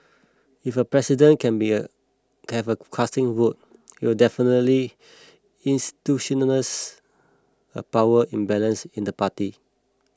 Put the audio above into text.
if a president can be a casting vote it'll definitely institutionalises a power imbalance in the party